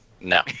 no